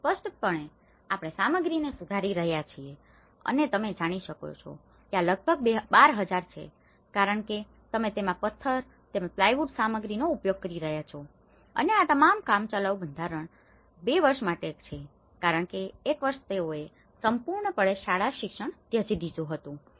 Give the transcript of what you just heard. તેથી સ્પષ્ટ રીતે આપણે સામગ્રીને સુધારી રહ્યા છીએ અને તમે જાણો છો કે આ લગભગ 12000 છે કારણ કે તમે તેમાં પથ્થર તેમજ પ્લાયવુડ સામગ્રીનો ઉપયોગ કરી રહ્યા છો અને આ તમામ કામચલાઉ બંધારણ 2 વર્ષ માટે છે કારણ કે 1 વર્ષ તેઓએ સંપૂર્ણપણે શાળા શિક્ષણ ત્યજી દીધું હતું